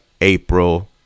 April